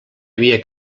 havia